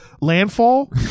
Landfall